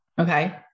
Okay